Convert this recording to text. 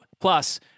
plus